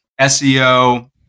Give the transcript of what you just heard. SEO